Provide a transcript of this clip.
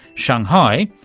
shanghai,